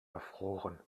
erfroren